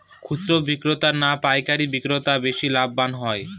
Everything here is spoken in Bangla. খুচরো বিক্রেতা না পাইকারী বিক্রেতারা বেশি লাভবান হয়?